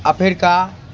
Africa